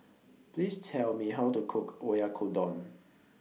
Please Tell Me How to Cook Oyakodon